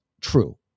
true